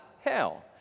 hell